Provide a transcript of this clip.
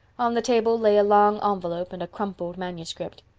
on the table lay a long envelope and a crumpled manuscript.